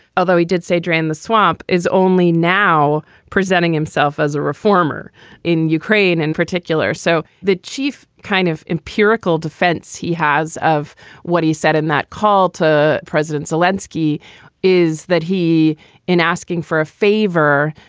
although he did say drain the swamp, is only now presenting himself as a reformer in ukraine in particular. so the chief kind of empirical defense he has of what he said in that call to president solecki is that he is asking for a favor,